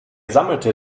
sammelte